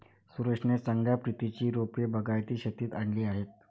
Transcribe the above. सुरेशने चांगल्या प्रतीची रोपे बागायती शेतीत आणली आहेत